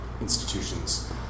institutions